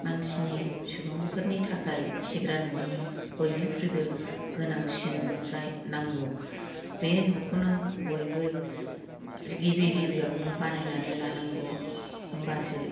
मानसिनि सुबुंफोरनि थाखाय खिग्रा न'आनो बयनिख्रुइबो गोनांसिन न' नांगौ बे न'खौनो बयबो गिबि गिबियावनो बानायनानै लानांगौ होमबासो